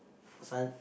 sun